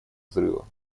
взрыва